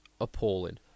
appalling